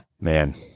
man